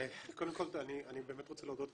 קודם כל אני באמת רוצה להודות לך,